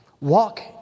walk